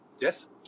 Yes